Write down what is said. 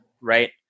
right